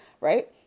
right